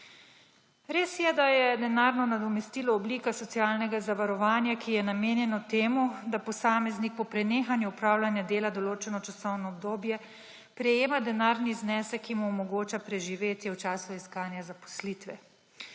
Res je, da je denarno nadomestilo oblika socialnega zavarovanja, ki je namenjeno temu, da posameznik po prenehanju opravljanja dela določeno časovno obdobje prejema denarni znesek, ki mu omogoča preživetje v času iskanja zaposlitve.